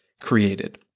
created